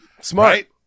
Smart